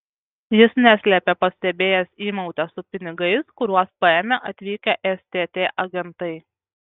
jis neslėpė pastebėjęs įmautę su pinigais kuriuos paėmė atvykę stt agentai